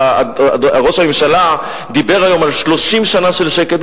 ראש הממשלה דיבר היום על 30 שנה של שקט.